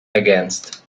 against